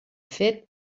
fet